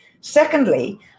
Secondly